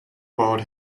about